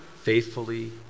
faithfully